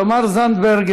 תמר זנדברג,